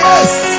Yes